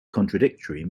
contradictory